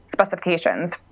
specifications